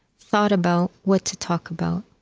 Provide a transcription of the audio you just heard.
thought about what to talk about.